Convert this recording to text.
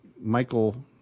Michael